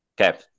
Okay